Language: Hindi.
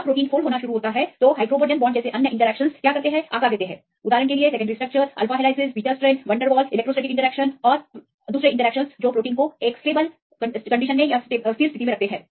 जब यह फोल्ड होना शुरू करता है तो हाइड्रोजन बांड जैसे अन्य इंटरैक्शनस आकार देते हैं उदाहरण के लिए सेकेंडरी स्ट्रक्चरस अल्फा हेलिक्स और बीटा स्ट्रैंड और वनडेर वाल्स इलेक्ट्रोस्टैटिक इंटरेक्शन और प्रोटीन को एक स्थिर स्थिति में रखते हैं